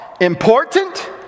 important